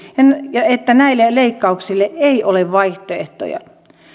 ja että näille leikkauksille ei ole vaihtoehtoja